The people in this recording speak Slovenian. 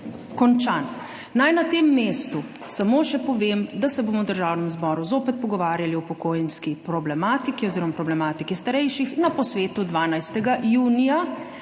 končan. Naj na tem mestu samo še povem, da se bomo v Državnem zboru zopet pogovarjali o upokojenski problematiki oziroma problematiki starejših na posvetu 12. junija,